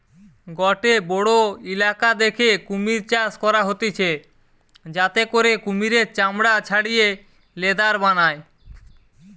গটে বড়ো ইলাকা দ্যাখে কুমির চাষ করা হতিছে যাতে করে কুমিরের চামড়া ছাড়িয়ে লেদার বানায়